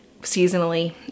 seasonally